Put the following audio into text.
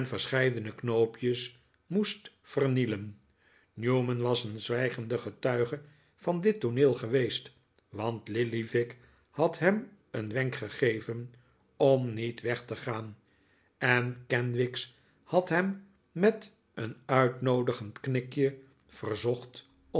verscheidene knoopjes moest vernielen newman was een zwijgende getuige van dit tooneel geweest want lillyvick had hem een wenk gegeven om niet weg te gaan en kenwigs had hem met een uitnoodigend knikje verzocht